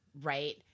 right